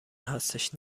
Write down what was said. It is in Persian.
هستش